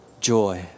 joy